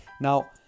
Now